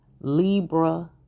Libra